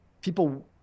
people